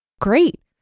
great